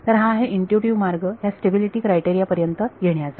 तर हा आहे इनट्युटीव्ह मार्ग ह्या स्टॅबिलिटी क्रायटेरिया पर्यंत येण्याचा